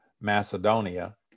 Macedonia